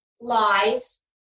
lies